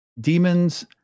demons